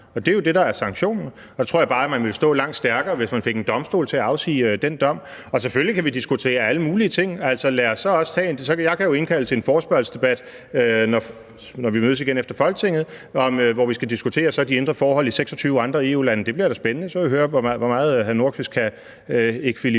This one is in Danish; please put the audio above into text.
og det er jo det, der er sanktionen. Der tror jeg bare, at man ville stå langt stærkere, hvis man fik en domstol til at afsige den dom. Selvfølgelig kan vi diskutere alle mulige ting. Altså, jeg kan jo indkalde til en forespørgselsdebat, når vi mødes igen efter sommerferien, hvor vi skal diskutere de indre forhold i 26 andre EU-lande. Det bliver da spændende så at høre, hvor meget hr. Nordqvist kan ekvilibrere